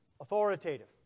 authoritative